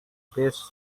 best